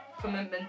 Commitment